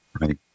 Right